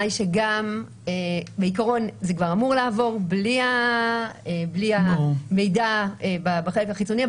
היא שבעיקרון זה כבר אמור לעבור בלי המידע בחלק החיצוני.